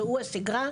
שהוא השגרה,